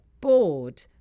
bored